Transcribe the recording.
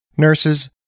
Nurses